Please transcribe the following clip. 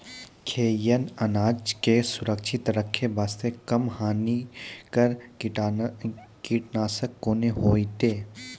खैहियन अनाज के सुरक्षित रखे बास्ते, कम हानिकर कीटनासक कोंन होइतै?